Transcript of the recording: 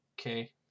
okay